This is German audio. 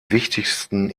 wichtigsten